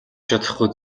чадахгүй